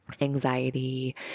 anxiety